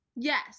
yes